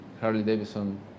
Harley-Davidson